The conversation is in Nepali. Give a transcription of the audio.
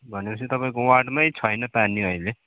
भनेपछि तपाईँको वार्डमै छैन पानी अहिले